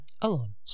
alone